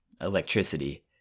electricity